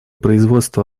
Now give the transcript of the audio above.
производства